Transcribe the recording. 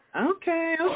Okay